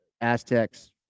Aztecs